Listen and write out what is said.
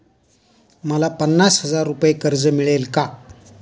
मला पन्नास हजार रुपये कर्ज मिळेल का?